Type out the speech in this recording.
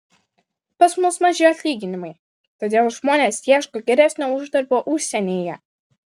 pas mus maži atlyginimai todėl žmonės ieško geresnio uždarbio užsienyje